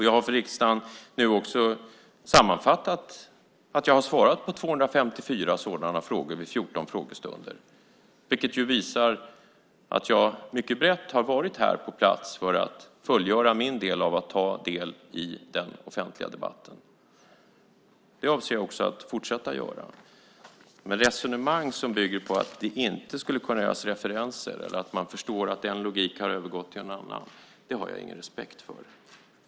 Jag har för riksdagen nu också sammanfattat att jag har svarat på 254 sådana frågor vid 14 frågestunder, vilket visar att jag mycket brett har varit på plats här för att fullgöra min del när det gäller att ta del i den offentliga debatten. Det avser jag också att fortsätta göra. Men resonemang som bygger på att det inte skulle kunna göras referenser eller att man förstår att en logik har övergått till en annan har jag ingen respekt för.